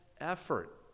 effort